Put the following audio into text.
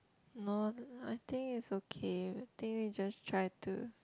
no I think it's okay I think they just try to